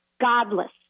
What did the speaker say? godless